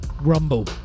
Rumble